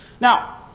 Now